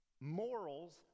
morals